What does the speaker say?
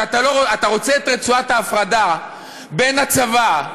שאתה רוצה את רצועת ההפרדה בין הצבא,